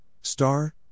star